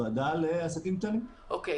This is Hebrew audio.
ועדה לעסקים קטנים ברור.